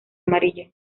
amarilla